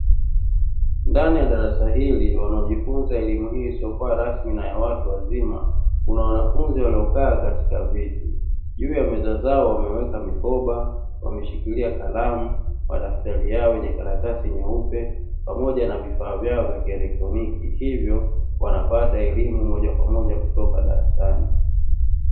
Ndani ya darasa hili, wanaojifunza elimu hii isiyokuwa rasmi na ya watu wazima, kuna wanafunzi waliokaa katika viti, juu ya meza zao wameweka mikoba, wameshikilia kalamu, madaftari yao yenye karatasi nyeupe, pamoja na vifaa vyao vya kielektroniki, hivyo wanapata elimu moja kwa moja kutoka darasani.